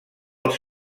els